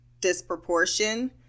disproportion